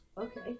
Okay